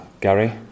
Gary